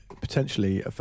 potentially